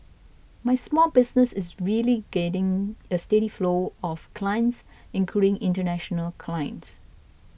my small business is really gaining a steady flow of clients including international clients